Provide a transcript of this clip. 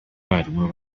barimu